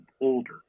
older